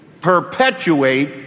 perpetuate